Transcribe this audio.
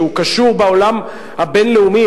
שקשור בעולם הבין-לאומי.